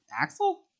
Axel